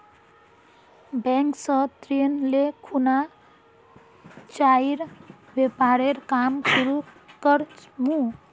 bank स ऋण ले खुना चाइर व्यापारेर काम शुरू कर मु